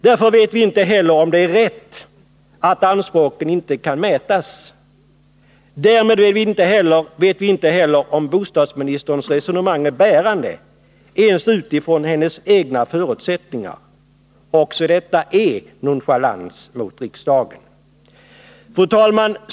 Därför vet vi inte heller om det är rätt att anspråken inte kan mätas. Därmed vet vi inte heller om bostadsministerns resonemang är bärande ens utifrån hennes egna förutsättningar. Också detta är nonchalant mot riksdagen. Fru talman!